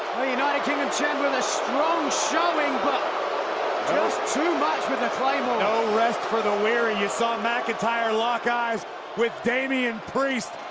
the united kingdom champion, a strong showing. but just too much with the claymore. no rest for the weary. you saw mcintyre lock eyes with damien priest.